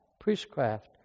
priestcraft